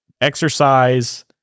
exercise